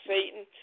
Satan